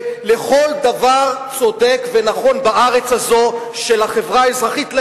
לכל דבר צודק ונכון של החברה האזרחית בארץ הזאת.